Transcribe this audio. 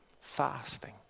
fasting